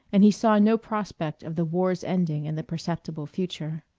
and he saw no prospect of the war's ending in the perceptible future.